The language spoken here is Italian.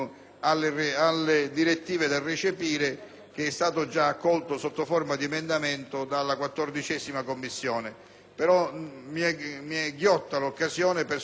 Mi è ghiotta l'occasione per sollecitare il Governo, dal momento che in quell*'addendum* questa è sicuramente la direttiva più urgente da